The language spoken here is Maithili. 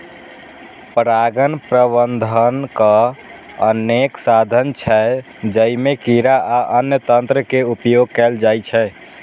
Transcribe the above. परागण प्रबंधनक अनेक साधन छै, जइमे कीड़ा आ अन्य तंत्र के उपयोग कैल जाइ छै